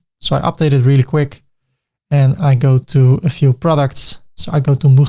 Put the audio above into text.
so i updated really quick and i go to a few products. so i go to mujer,